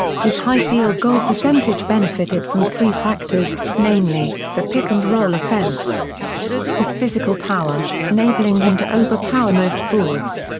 his high field goal percentage benefited from three factors, namely, the pick-and-roll offense his physical power, enabling him to overpower most forwards,